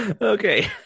Okay